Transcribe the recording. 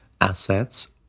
assets